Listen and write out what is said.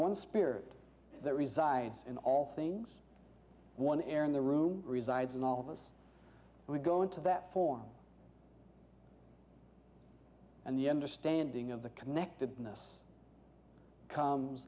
one spirit that resides in all things one air in the room resides in all of us we go into that form and the understanding of the connectedness comes